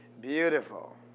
beautiful